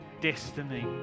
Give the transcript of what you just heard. destiny